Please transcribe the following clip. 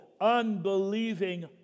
unbelieving